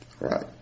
right